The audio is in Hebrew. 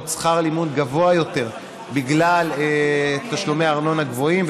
שכר לימוד גבוה יותר בגלל תשלומי ארנונה גבוהים,